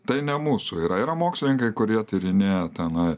tai ne mūsų yra yra mokslininkai kurie tyrinėja tenai